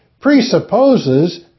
presupposes